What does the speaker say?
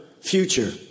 future